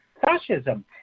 fascism